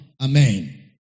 Amen